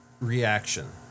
reaction